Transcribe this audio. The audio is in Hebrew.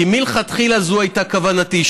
כי מלכתחילה זו הייתה כוונתי,